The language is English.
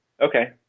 Okay